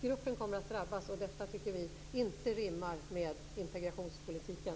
Gruppen kommer att drabbas, och vi tycker inte att det rimmar med integrationspolitiken.